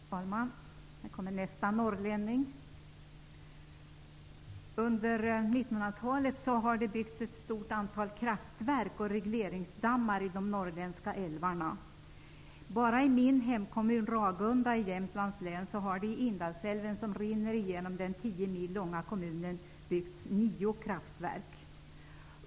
Herr talman! Nu kommer nästa norrlänning. Under 1900-talet har det byggts ett stort antal kraftverk och regleringsdammar i de norrländska älvarna. Bara i min hemkommun Ragunda i Jämtlands län har det i Indalsälven, som rinner genom den 10 mil långa kommunen, byggts nio kraftverk.